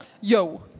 Yo